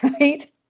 right